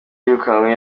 yirukanwe